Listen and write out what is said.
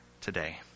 today